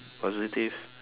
positive